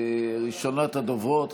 ראשונת הדוברות,